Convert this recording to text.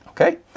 Okay